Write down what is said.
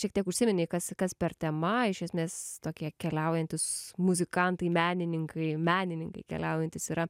šiek tiek užsiminei kas kas per tema iš esmės tokie keliaujantys muzikantai menininkai menininkai keliaujantys yra